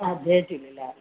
हा जय झूलेलाल